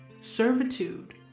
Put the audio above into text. servitude